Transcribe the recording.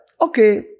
okay